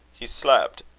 he slept,